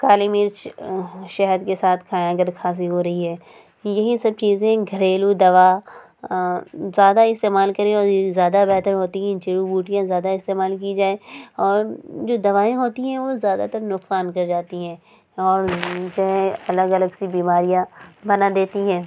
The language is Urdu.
کالی مرچ شہد کے ساتھ کھائیں اگر کھانسی ہو رہی ہے یہی سب چیزیں گھریلو دوا زیادہ استعمال کریں اور یہ زیادہ بہتر ہوتی ہیں جڑی بوٹیاں زیادہ استعمال کی جائیں اور جو دوائیاں ہوتی ہیں وہ زیادہ تر نقصان کر جاتی ہیں اور جو ہے الگ الگ سی بیماریاں بنا دیتی ہیں